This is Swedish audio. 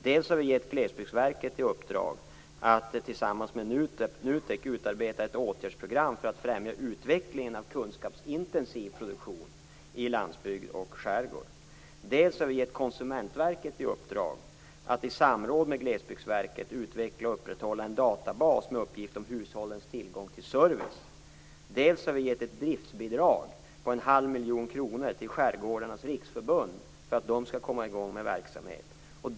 Dels har vi gett Glesbygdsverket i uppdrag att tillsammans med NUTEK utarbeta ett åtgärdsprogram för att främja utvecklingen av kunskapsintensiv produktion i landsbygd och skärgård. Dels har vi gett Konsumentverket i uppdrag att i samråd med Glesbygdsverket utveckla och upprätthålla en databas med uppgift om hushållens tillgång till service. Dels har vi gett ett driftsbidrag på 1⁄2 miljon kronor till Skärgårdarnas riksförbund för att man skall komma i gång med verksamhet.